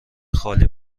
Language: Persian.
خالی